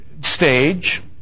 stage